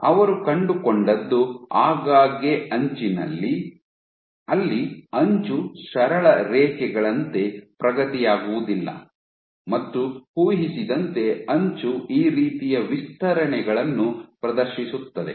ಅವರು ಕಂಡುಕೊಂಡದ್ದು ಆಗಾಗ್ಗೆ ಅಂಚಿನಲ್ಲಿ ಅಲ್ಲಿ ಅಂಚು ಸರಳ ರೇಖೆಗಳಂತೆ ಪ್ರಗತಿಯಾಗುವುದಿಲ್ಲ ಮತ್ತು ಊಹಿಸಿದಂತೆ ಅಂಚು ಈ ರೀತಿಯ ವಿಸ್ತರಣೆಗಳನ್ನು ಪ್ರದರ್ಶಿಸುತ್ತದೆ